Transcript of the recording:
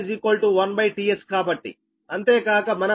అంతేకాక మనం tStR 1 అనుకున్నాం